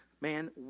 Man